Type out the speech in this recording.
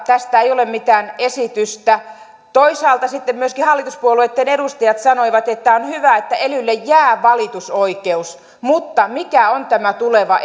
tästä ei ole mitään esitystä toisaalta sitten myöskin hallituspuolueitten edustajat sanoivat että on hyvä että elylle jää valitusoikeus mutta mikä on tämä tuleva